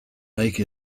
make